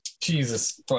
Jesus